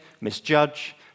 misjudge